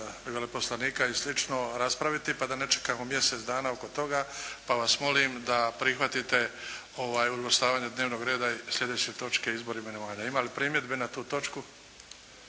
veleposlanika i slično raspraviti. Pa da ne čekamo mjesec dana oko toga. Pa vas molim da prihvatite … /Govornik se ne razumije./ … dnevnog reda sljedeće točke: Izbor i imenovanja. Ima li primjedbe na tu točku?